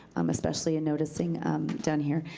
um especially and noticing down here,